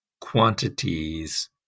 quantities